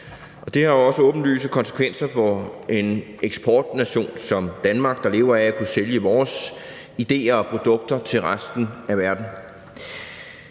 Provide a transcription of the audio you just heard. Det har også åbenlyse konsekvenser for en eksportnation som Danmark, der lever af at kunne sælge vores idéer og produkter til resten af verden.